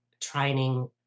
training